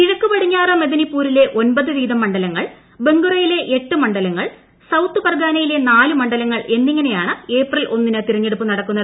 കിഴക്ക് പടിഞ്ഞാറ് മെദിനിപൂരിലെ ഒൻപത് വീതം മണ്ഡലങ്ങൾ ബങ്കുറയിലെ എട്ട് മണ്ഡലങ്ങൾ സൌത്ത് പർഗാനയിലെ നാല് മണ്ഡലങ്ങൾ എന്നിങ്ങനെയാണ് ഏപ്രിൽ ഒന്നിന് തെരഞ്ഞെടുപ്പ് നടക്കുന്നത്